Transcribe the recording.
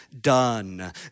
done